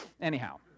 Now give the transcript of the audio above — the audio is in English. Anyhow